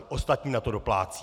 Ostatní na to doplácejí.